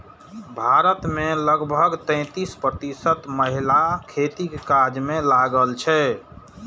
भारत मे लगभग तैंतीस प्रतिशत महिला खेतीक काज मे लागल छै